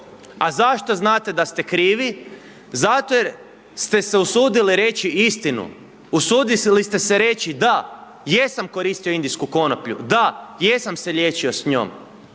A zašto znate da ste krivi? Zato jer ste se usudili reći istinu. Usudili ste se reći da, jesam koristio indijsku konoplju, da, jesam se liječio s njom.